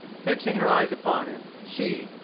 fixing her eyes upon him, she,